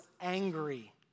angry